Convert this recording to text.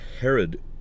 Herod